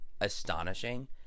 astonishing